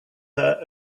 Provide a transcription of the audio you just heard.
her